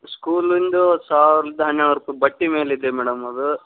ಸ್ಕೂಲಿಂದು ಸಾವಿರದ ಬಟ್ಟೆ ಮೇಲಿದೆ ಮೇಡಮ್ ಅದು